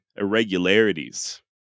irregularities